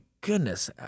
goodness